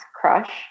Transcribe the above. crush